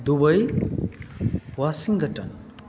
Dubai Washington